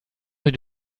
rue